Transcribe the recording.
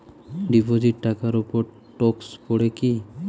Deposit টাকার উপর tax পড়ে কি?